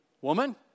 woman